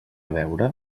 beure